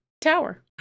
tower